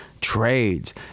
trades –